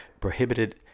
prohibited